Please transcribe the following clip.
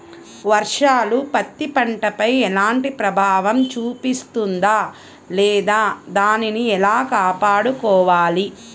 వర్షాలు పత్తి పంటపై ఎలాంటి ప్రభావం చూపిస్తుంద లేదా దానిని ఎలా కాపాడుకోవాలి?